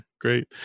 great